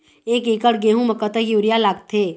एक एकड़ गेहूं म कतक यूरिया लागथे?